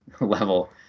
level